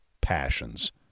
passions